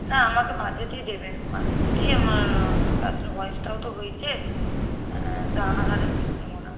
না আমাকে মাঝেতেই দেবেন মাঝের সিটেই আমার দরকার আসলে বয়সটাও তো হয়েছে হ্যাঁ জানালা ধারে সিট নেব না